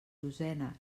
dosena